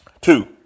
Two